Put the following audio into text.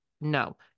no